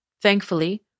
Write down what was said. Thankfully